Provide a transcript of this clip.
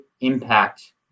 impact